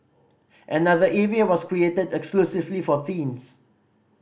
another area was created exclusively for teens